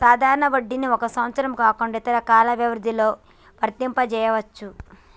సాధారణ వడ్డీని ఒక సంవత్సరం కాకుండా ఇతర కాల వ్యవధిలో వర్తింపజెయ్యొచ్చు